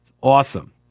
Awesome